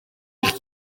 eich